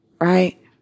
right